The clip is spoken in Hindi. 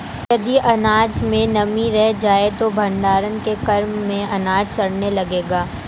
यदि अनाज में नमी रह जाए तो भण्डारण के क्रम में अनाज सड़ने लगेगा